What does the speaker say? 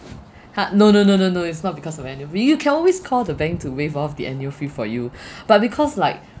ha no no no no no it's not because of annual fee we can always call the bank to waive off the annual fee for you but because like